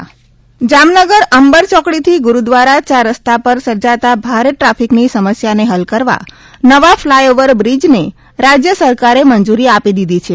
Jamnagar flyover Jamnagar Ambar ચોકડીથી ગુરૂદ્વારા ચારરસ્તા પર સર્જાતા ભારે ટ્રાફિકની સમસ્યાને હલ કરવા નવા ફલાયઓવર બ્રિજને રાજય સરકારે મંજૂરી આપી દીધી છે